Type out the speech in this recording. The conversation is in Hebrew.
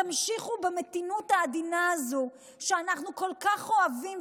תמשיכו במתינות העדינה הזו שאנחנו כל כך אוהבים,